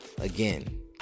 again